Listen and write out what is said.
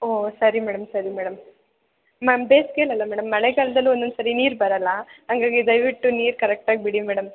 ಓ ಸರಿ ಮೇಡಮ್ ಸರಿ madam ma'am ಬೇಸಿಗೆಲಲ್ಲ ಮೇಡಮ್ ಮಳೆಗಾಲದಲ್ಲೂ ಒಂದೊಂದು ಸರಿ ನೀರು ಬರೋಲ್ಲ ಹಂಗಾಗಿ ದಯವಿಟ್ಟು ನೀರು ಕರೆಕ್ಟಾಗಿ ಬಿಡಿ ಮೇಡಮ್